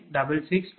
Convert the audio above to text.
00010806 p